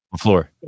floor